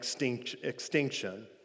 extinction